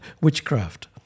witchcraft